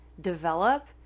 develop